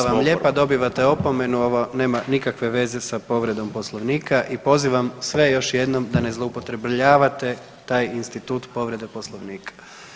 Hvala vam lijepa, dobivate opomenu, ovo nema nikakve veze sa povredom Poslovnika, i pozivam sve još jednom da ne zloupotrebljavate taj institut povrede Poslovnika.